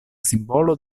simbolo